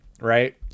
right